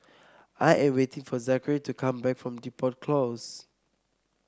I am waiting for Zachery to come back from Depot Close